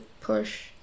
push